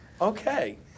Okay